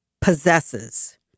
possesses